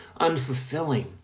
unfulfilling